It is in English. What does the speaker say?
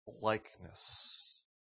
likeness